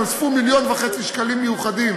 נוספו מיליון וחצי שקלים מיוחדים